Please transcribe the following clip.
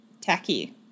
tacky